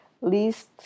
least